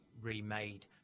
remade